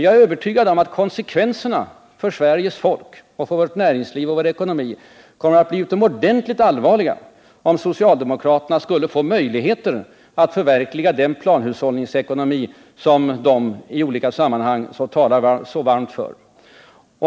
Jag är övertygad om att konsekvenserna för Sveriges folk och för vårt näringsliv och vår ekonomi kommer att bli utomordentligt allvarliga, om socialdemokraterna skulle få möjligheter att förverkliga den planhushållningsekonomi som de talar så varmt för.